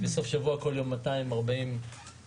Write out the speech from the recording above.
ובסוף שבוע כל יום בערך 240 ניידות.